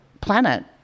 planet